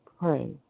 pray